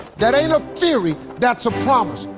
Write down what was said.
that ain't a theory, that's a promise.